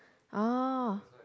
oh